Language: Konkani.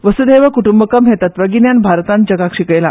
वस्धैव कूट्रंबकम हे तत्वगिन्यान भारतान जगाक शिकयला